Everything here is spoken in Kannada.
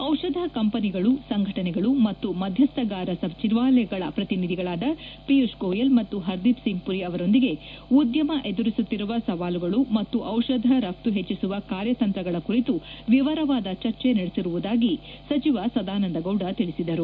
ಔಷಧ ಕಂಪನಿಗಳು ಸಂಘಟನೆಗಳು ಮತ್ತು ಮಧ್ಯಸ್ಥಗಾರ ಸಚಿವಾಲಯಗಳ ಪ್ರತಿನಿಧಿಗಳಾದ ಪಿಯೂಷ್ ಗೋಯಲ್ ಮತ್ತು ಪರ್ದೀಪ್ ಸಿಂಗ್ ಪುರಿ ಅವರೊಂದಿಗೆ ಉದ್ದಮ ಎದುರಿಸುತ್ತಿರುವ ಸವಾಲುಗಳು ಮತ್ತು ಡಿಷಧ ರಪ್ತು ಹೆಚ್ಚಿಸುವ ಕಾರ್ಯತಂತ್ರಗಳ ಕುರಿತು ವಿವರವಾದ ಚರ್ಚೆ ನಡೆಸಿರುವುದಾಗಿ ಸದಾನಂದ ಗೌಡ ತಿಳಿಸಿದರು